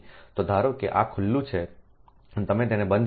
તો ધારો કે આ ખુલ્લું છે અને તમે તેને બંધ કરો